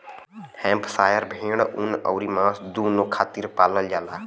Hampshire भेड़ ऊन अउरी मांस दूनो खातिर पालल जाला